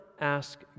ask